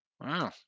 Wow